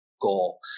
goal